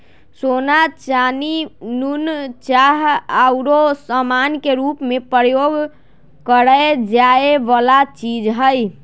सोना, चानी, नुन, चाह आउरो समान के रूप में प्रयोग करए जाए वला चीज हइ